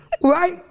Right